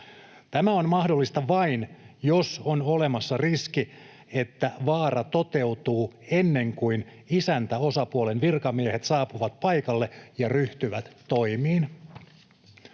Tämä on mahdollista vain, jos on olemassa riski, että vaara toteutuu ennen kuin isäntäosapuolen virkamiehet saapuvat paikalle ja ryhtyvät toimiin.